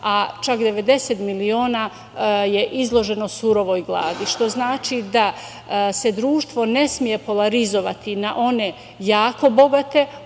a čak 90 miliona je izloženo surovoj gladi. Što znači da se društvo ne sme polarizovati na one jako bogate,